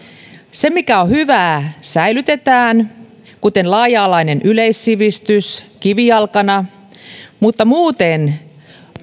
se mikä on hyvää säilytetään kuten laaja alainen yleissivistys kivijalkana mutta muuten